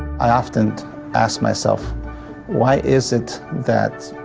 i often ask myself why is it that.